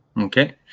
Okay